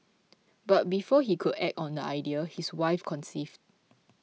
but before he could act on the idea his wife conceived